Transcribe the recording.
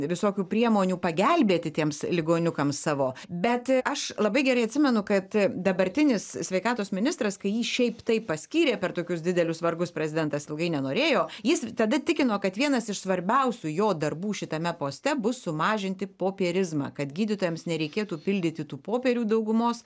visokių priemonių pagelbėti tiems ligoniukams savo bet aš labai gerai atsimenu kad dabartinis sveikatos ministras kai jį šiaip taip paskyrė per tokius didelius vargus prezidentas ilgai nenorėjo jis tada tikino kad vienas iš svarbiausių jo darbų šitame poste bus sumažinti popierizmą kad gydytojams nereikėtų pildyti tų popierių daugumos